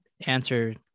answer